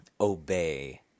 obey